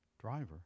Driver